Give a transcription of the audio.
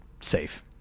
safe